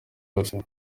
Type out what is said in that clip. dossier